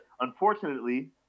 unfortunately